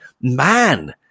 man